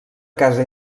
casa